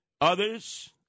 Others